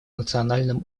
национальном